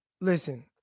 Listen